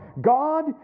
God